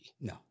No